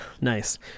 Nice